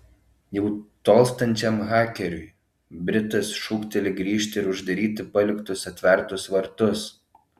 jau tolstančiam hakeriui britas šūkteli grįžti ir uždaryti paliktus atvertus vartus